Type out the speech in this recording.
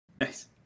Nice